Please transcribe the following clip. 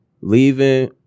leaving